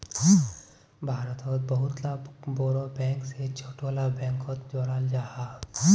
भारतोत बहुत ला बोड़ो बैंक से छोटो ला बैंकोक जोड़ाल जाहा